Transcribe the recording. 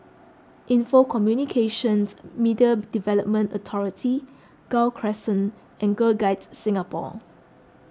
Info Communications Media Development Authority Gul Crescent and Girl Guides Singapore